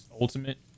ultimate